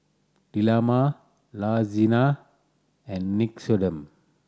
Dilmah La Senza and Nixoderm